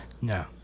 No